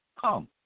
come